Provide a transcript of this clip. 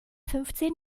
fünfzehn